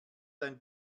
dein